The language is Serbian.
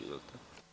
Izvolite.